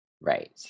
Right